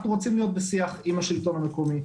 אנחנו רוצים להיות בשיח עם השלטון המקומי,